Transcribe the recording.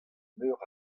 meur